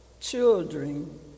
children